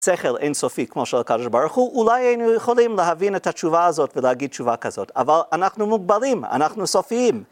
שכל אינסופי כמו של הקדוש ברוך הוא, אולי היינו יכולים להבין את התשובה הזאת ולהגיד תשובה כזאת, אבל אנחנו מוגבלים, אנחנו סופיים.